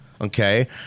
okay